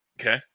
okay